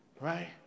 Right